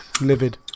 Livid